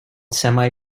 semi